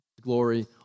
glory